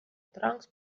troncs